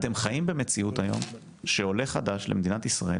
אתם חיים במציאות היום שעולה חדש למדינת ישראל,